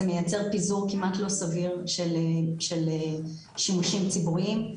זה מייצר פיזור כמעט לא סביר של שימושים ציבוריים.